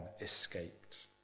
escaped